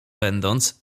będąc